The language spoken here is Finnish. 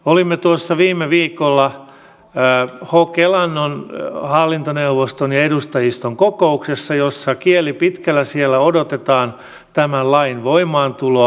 olimme viime viikolla hok elannon hallintoneuvoston ja edustajiston kokouksessa jossa kieli pitkällä odotetaan tämän lain voimaantuloa